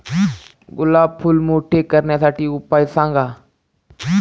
गुलाब फूल मोठे करण्यासाठी उपाय सांगा?